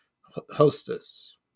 hostess